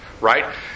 right